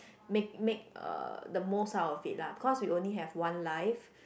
make make uh the most out of it lah because we only have one life